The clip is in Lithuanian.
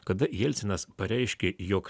kada jelcinas pareiškė jog